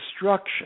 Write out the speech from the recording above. destruction